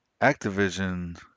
Activision